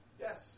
Yes